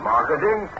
Marketing